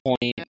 point